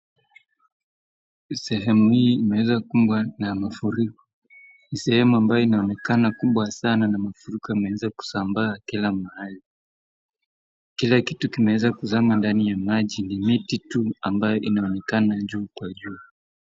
Sehemu hii imeweza kukumbwa na mafuriko. Ni sehemu ambayo inaonekana kubwa sana na mafuriko yameweza kusambaa kila mahali. Kila kitu kimeweza kuzama ndani ya maji, ni miti tu ambayo inaonekana juu kwa juu.